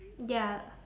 ya